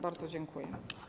Bardzo dziękuję.